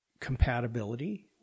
compatibility